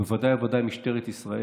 ובוודאי ובוודאי משטרת ישראל,